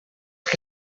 que